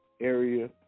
area